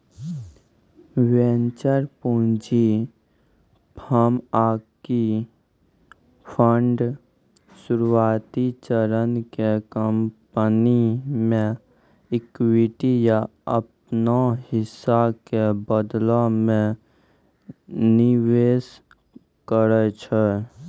venture पूंजी firm आकि fund शुरुआती चरण के कंपनी मे इक्विटी या अपनो हिस्सा के बदला मे निवेश करै छै